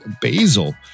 Basil